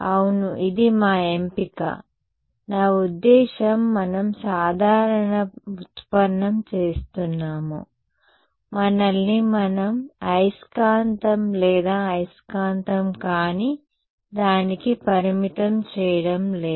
అవును ఇది మా ఎంపిక నా ఉద్దేశ్యం మనం సాధారణ ఉత్పన్నం చేస్తున్నాము మనల్ని మనం అయస్కాంతం లేదా అయస్కాంతం కాని దానికి పరిమితం చేయడం లేదు